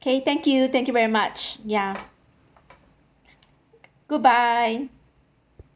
K thank you thank you very much ya goodbye